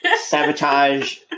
sabotage